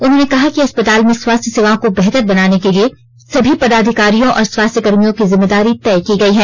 उन्होंने कहा कि अस्पताल में स्वास्थ्य सेवाओं को बेहतर बनाने के लिए सभी पदाधिकारियों और स्वास्थ्यकर्मियों की जिम्मेदारी तय की गई है